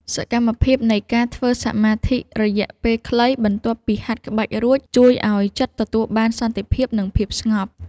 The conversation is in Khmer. សកម្មភាពនៃការធ្វើសមាធិរយៈពេលខ្លីបន្ទាប់ពីហាត់ក្បាច់រួច ជួយឱ្យចិត្តទទួលបានសន្តិភាព និងភាពស្ងប់។